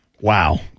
wow